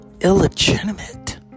illegitimate